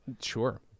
sure